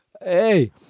Hey